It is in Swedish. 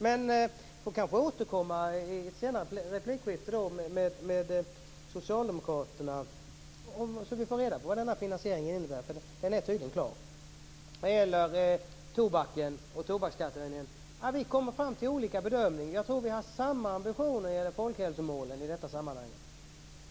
Jag får kanske återkomma i ett senare replikskifte med Socialdemokraterna, så att vi får reda på vad denna finansiering innebär, eftersom den tydligen är klar. När det gäller tobaken och tobaksskattehöjningen har vi kommit fram till olika bedömningar. Men jag tror att vi har samma ambitioner när det gäller folkhälsomålen i detta sammanhang.